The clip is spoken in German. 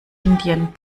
indien